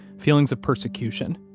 feelings of persecution,